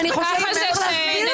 אני חושבת שצריך להסביר את זה כאן.